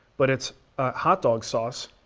but it's hot dog sauce.